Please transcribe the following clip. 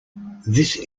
this